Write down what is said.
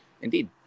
Indeed